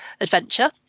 adventure